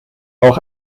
auch